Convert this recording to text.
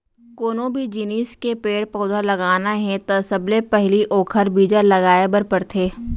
कोनो भी जिनिस के पेड़ पउधा लगाना हे त सबले पहिली ओखर बीजा लगाए बर परथे